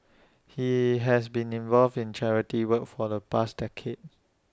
he has been involved in charity work for the past decade